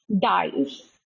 dies